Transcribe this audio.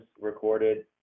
recorded